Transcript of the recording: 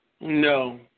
No